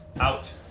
out